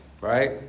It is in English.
Right